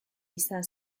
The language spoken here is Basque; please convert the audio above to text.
izan